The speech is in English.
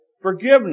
Forgiveness